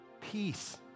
peace